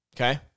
okay